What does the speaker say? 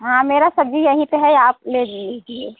हाँ मेरइ सब्ज़ी यही पर है आप ले लीजिए